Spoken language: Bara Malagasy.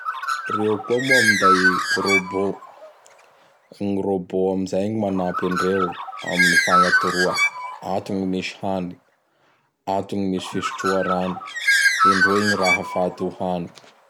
Reo koa minday robot. Gn robot amzay gny magnampy andreo am fagnatoroa. Ato gny misy hany, ato gny misy fisotroa rano, indroy gny raha fady o hany.